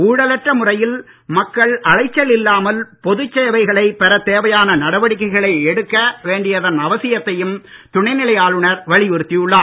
ஊழலற்ற முறையில் மக்கள் அலைச்சல் இல்லாமல் பொதுச் சேவைகளைப் பெறத் தேவையான நடவடிக்கைகளை எடுக்க அவசியத்தையும் வேண்டியதன் துணைநிலை ஆளுநர் வலியுறுத்தியுள்ளார்